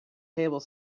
table